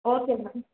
okay ma'am